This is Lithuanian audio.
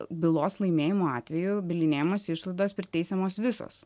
bylos laimėjimo atveju bylinėjimosi išlaidos priteisiamos visos